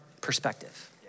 perspective